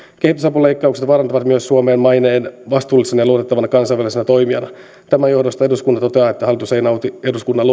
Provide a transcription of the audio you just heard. kehitysapuleikkaukset vaarantavat myös suomen maineen vastuullisena ja luotettavana kansainvälisenä toimijana tämän johdosta eduskunta toteaa että hallitus ei nauti eduskunnan